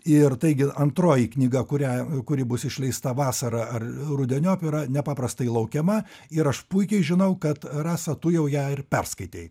ir taigi antroji knyga kurią kuri bus išleista vasarą ar rudeniop yra nepaprastai laukiama ir aš puikiai žinau kad rasa tu jau ją ir perskaitei